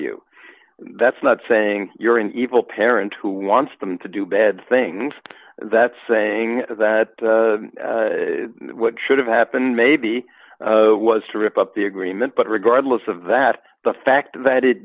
you that's not saying you're an evil parent who wants them to do bad things that's saying that what should have happened maybe was to rip up the agreement but regardless of that the fact that it